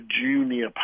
junior